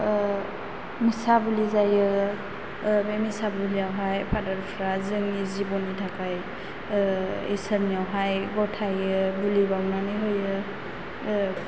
मिसाबुलि जायो बे मिसाबुलियाव हाय फादार फ्रा जोंनि जिबननि थाखाय इसोरनियावहाय गथायो बुलि बावनानै होयो